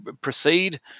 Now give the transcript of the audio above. proceed